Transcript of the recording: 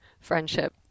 friendship